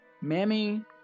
mammy